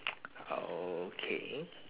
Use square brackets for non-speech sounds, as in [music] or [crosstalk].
[noise] oh okay